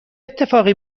اتفاقی